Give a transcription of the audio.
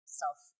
self